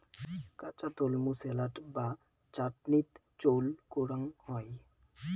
কাঁচা তলমু স্যালাড বা চাটনিত চইল করাং হই